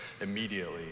immediately